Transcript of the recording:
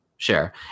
Sure